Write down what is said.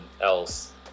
else